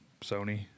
Sony